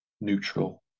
neutral